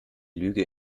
lüge